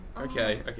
okay